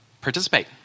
participate